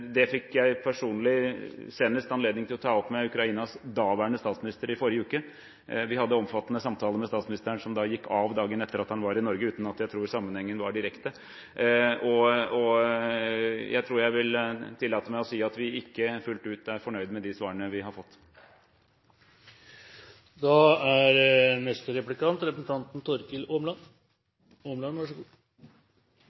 fikk jeg personlig anledning til å ta det opp med Ukrainas daværende statsminister. Vi hadde omfattende samtaler med statsministeren, som gikk av dagen etter at han var i Norge – uten at jeg tror sammenhengen var direkte – og jeg tror jeg vil tillate meg å si at vi ikke fullt ut er fornøyd med de svarene vi har fått.